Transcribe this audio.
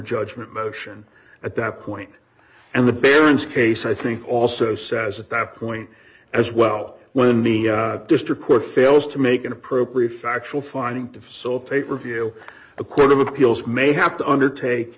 judgment motion at that point and the baron's case i think also says at that point as well when the district court fails to make an appropriate factual finding to facilitate review a court of appeals may have to undertake